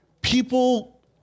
people